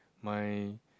my